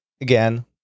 again